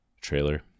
trailer